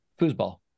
foosball